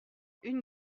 une